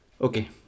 Okay